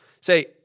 say